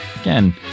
again